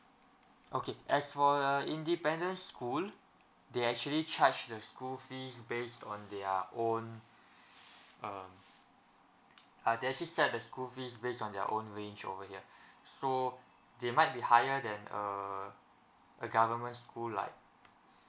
okay as for a independent school they actually charge the school fees based on their own uh uh they actually set the school fees based on their own range over here so they might be higher than uh a government school like